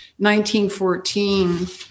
1914